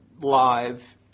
live